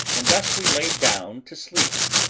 and thus we laid down to sleep,